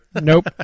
Nope